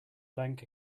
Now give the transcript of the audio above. bank